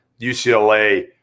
UCLA